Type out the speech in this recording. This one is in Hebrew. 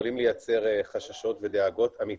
כדי לשדר לציבור את החשיבות של החיסון וכדי להעביר מסרים שעומד